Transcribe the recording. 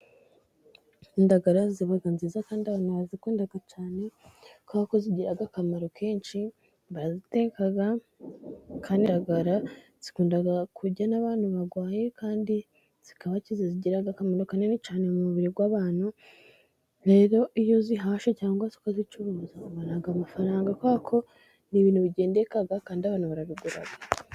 Indagara ziba nziza kandi banazikunda cyane, kubera ko zigira akamaro kenshi, baraziteka kandi indagara zikunda kurya n'abantu barwaye kandi zikabakiza, zigira akamaro kanini cyane mu mubiri w'abantu, rero iyo uzihashye cyangwa se ukazicuruza, ubona amafaranga kubera ko ni ibintu bigendekaga kandi abantu barazigura.